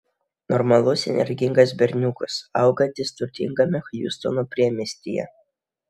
normalus energingas berniukas augantis turtingame hjustono priemiestyje